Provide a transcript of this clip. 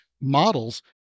models